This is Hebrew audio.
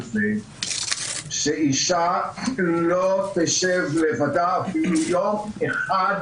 זה שאישה לא תשב לבדה אפילו יום אחד,